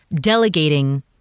delegating